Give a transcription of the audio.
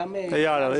גם אייל.